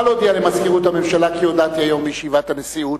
נא להודיע למזכירות הממשלה כי הודעתי היום בישיבת הנשיאות: